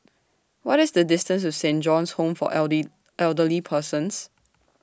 What IS The distance to Saint John's Home For Elderly Persons